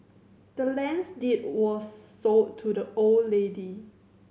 the land's deed was sold to the old lady